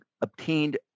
obtained